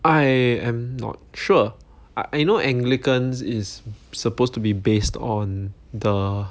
I am not sure I know anglicans is supposed to be based on the